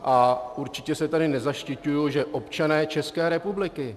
A určitě se tady nezaštiťuji, že občané České republiky.